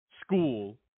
school